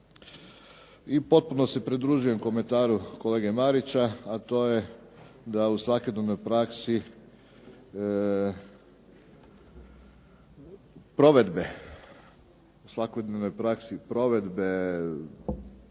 I potpuno se pridružujem komentaru kolege Marića, a to je da u svakodnevnoj praksi provedbe poreznih zakona,